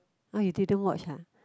[huh] you didn't watch ah